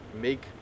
make